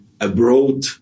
abroad